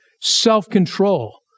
self-control